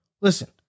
Listen